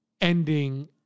ending